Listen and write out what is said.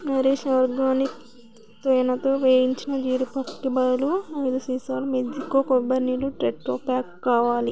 Nourish organic తేనెతో వేయించిన జీడిపప్పుకి బదులు ఐదు సీసాలు మెంతికో కొబ్బరి నీళ్ళు టెట్రా ప్యాక్ కావాలి